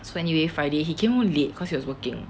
so anyway friday he came late cause he was working